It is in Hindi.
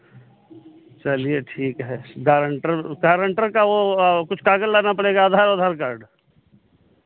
चलिए ठीक है गारेन्टर गारेन्टर का वो कुछ कागज़ लाना पड़ेगा आधार ओधार कार्ड